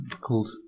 called